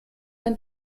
ein